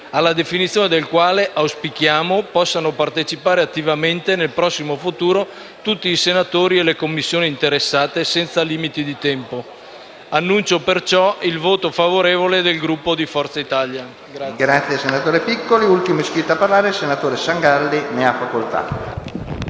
alla definizione del quale auspichiamo possano partecipare attivamente, nel prossimo futuro, tutti i senatori e le Commissioni interessate, senza limiti di tempo. Dichiaro, perciò, il voto favorevole del Gruppo di Forza Italia.